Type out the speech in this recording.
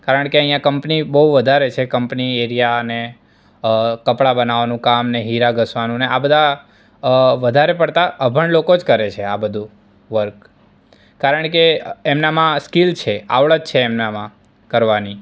કારણ કે અહીંયાં કમ્પની બહુ વધારે છે અહીંયાં કમ્પની અને એરિયાને કપડાં બનાવાનું કામને હીરા ઘસવાનું ને આ બધા વધારે પડતા અભણ લોકો જ કરે છે આ બધું વર્ક કારણ કે એમનામાં સ્કિલ છે આવડત છે એમનામાં કરવાની